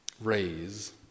raise